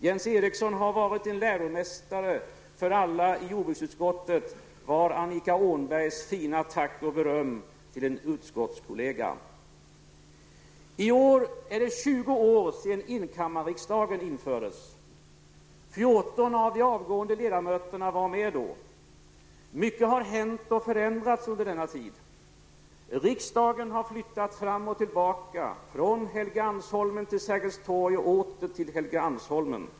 Jens Eriksson har varit en läromästare för alla i jordbruksutskottet; det var Annika Åhnbergs fina tack och beröm till en utskottskollega. I år är det 20 år sedan enkammarriksdagen infördes. 14 av de avgående ledamöterna var med då. Mycket har hänt och förändrats under denna tid. Riksdagen har flyttat fram och tillbaka, från Helgeandsholmen.